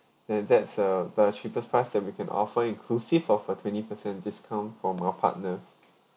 and that's uh the cheapest price that we can offer inclusive of a twenty percent discount from our partners